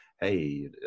hey